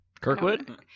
Kirkwood